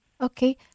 Okay